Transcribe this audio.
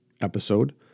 episode